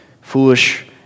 foolish